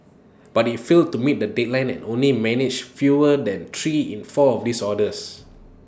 but IT failed to meet the deadline and only managed fewer than three in four of these orders